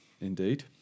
Indeed